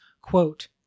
quote